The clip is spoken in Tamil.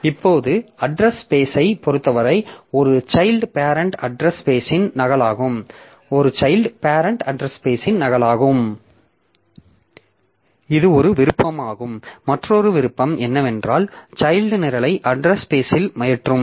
இப்போது அட்ரஸ் ஸ்பேஸ் ஐ பொறுத்தவரை ஒரு சைல்ட் பேரெண்ட் அட்ரஸ் ஸ்பேஷின் நகலாகும் இது ஒரு விருப்பமாகும் மற்ற விருப்பம் என்னவென்றால் சைல்ட் நிரலை அட்ரஸ் ஸ்பேஷில் ஏற்றும்